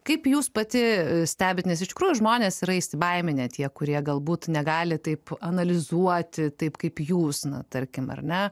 kaip jūs pati stebit nes iš tikrųjų žmonės yra įsibaiminę tie kurie galbūt negali taip analizuoti taip kaip jūs na tarkim ar ne